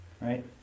right